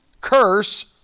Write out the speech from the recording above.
curse